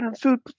food